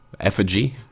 effigy